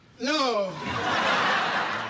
No